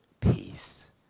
Peace